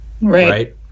Right